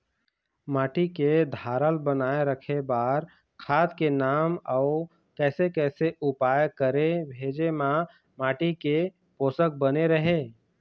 माटी के धारल बनाए रखे बार खाद के नाम अउ कैसे कैसे उपाय करें भेजे मा माटी के पोषक बने रहे?